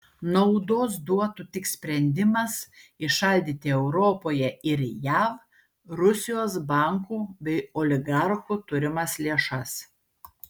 naudos duotų tik sprendimas įšaldyti europoje ir jav rusijos bankų bei oligarchų turimas lėšas